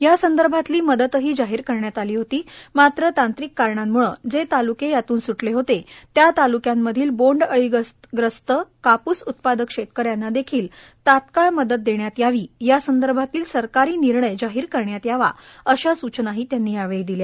या संदर्भातली मदतही जाहीर करण्यात आली होती मात्र तांत्रिक कारणांमुळं जे तालुके यातून सुटले होते त्या तालुक्यांतील बोडअळी प्रस्त कापूस उत्पादक शेतकऱ्यांना देखील ताल्काळ मदत देण्यात यावी यासंदर्भातील सरकारी निर्णय जाहीर करण्यात यावा अशा सूचनाही त्यांनी यावेळी दिल्या